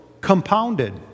compounded